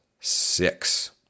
six